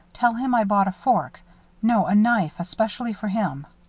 tell him i bought a fork no, a knife especially for him.